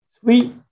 Sweet